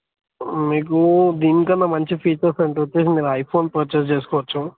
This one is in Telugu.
మీకు దీనికన్నా మంచి ఫీచర్స్ అంటూ వచ్చి మీరు ఐఫోన్ పర్చేజ్ చేసుకోవచ్చు